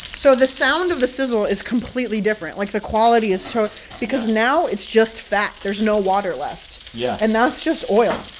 so the of the sizzle is completely different. like, the quality is because now it's just fat. there's no water left yeah and that's just oil